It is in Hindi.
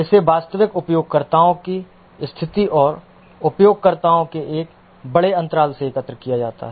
इसे वास्तविक उपयोगकर्ताओं की स्थिति और उपयोगकर्ताओं के एक बड़े अंतराल से एकत्र किया जाना है